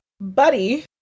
Buddy